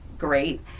great